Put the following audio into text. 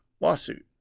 lawsuit